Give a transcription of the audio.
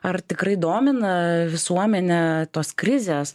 ar tikrai domina visuomenę tos krizės